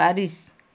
Paris